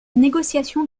négociation